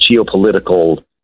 geopolitical